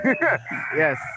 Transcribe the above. Yes